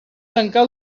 tancar